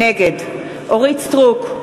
נגד אורית סטרוק,